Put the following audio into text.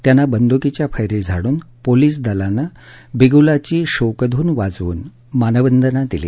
त्यांना बंद्कीच्या फैरी झाडून पोलीस दलाने बिगुलाची शोकधून वाजवून मानवंदना दिली